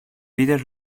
peter